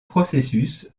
processus